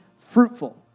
fruitful